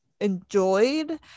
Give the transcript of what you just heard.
enjoyed